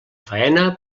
faena